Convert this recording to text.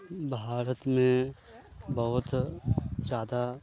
भारतमे बहुत ज्यादा